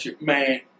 man